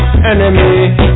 Enemy